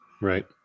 Right